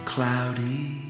Cloudy